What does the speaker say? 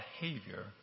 behavior